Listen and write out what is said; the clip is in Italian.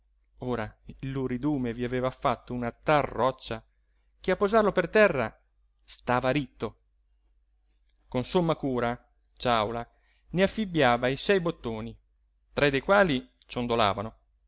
ora il luridume vi aveva fatto una tal roccia che a posarlo per terra stava ritto con somma cura ciàula ne affibbiava i sei bottoni tre dei quali ciondolavano